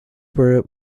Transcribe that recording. were